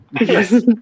Yes